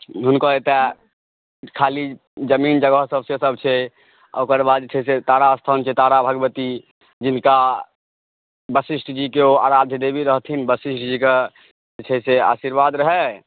हुनकर एकटा खाली जमीन जगहसभ सेसभ छै ओकर बाद जे छै से तारा स्थान छै तारा भगवती जिनका वशिष्ठजीके ओ आराध्य देवी रहथिन वशिष्ठजीके जे छै से आशीर्वाद रहै